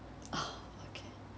oh okay